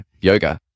yoga